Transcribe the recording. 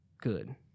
good